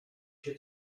się